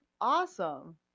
awesome